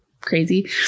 crazy